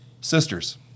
Sisters